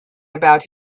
about